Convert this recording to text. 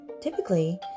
typically